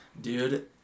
dude